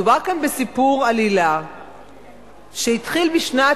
מדובר פה בסיפור עלילה שהתחיל בשנת